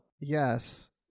Yes